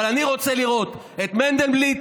אבל אני רוצה לראות את מנדלבליט,